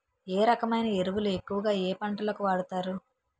ఏ రకమైన ఎరువులు ఎక్కువుగా ఏ పంటలకు వాడతారు?